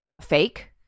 fake